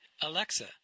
Alexa